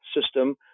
system